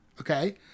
okay